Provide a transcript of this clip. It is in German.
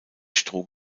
stroh